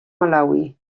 malawi